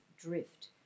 drift